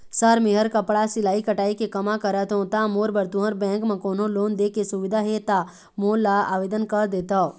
Sir मेहर कपड़ा सिलाई कटाई के कमा करत हों ता मोर बर तुंहर बैंक म कोन्हों लोन दे के सुविधा हे ता मोर ला आवेदन कर देतव?